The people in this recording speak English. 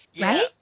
right